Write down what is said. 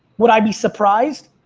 would i be surprised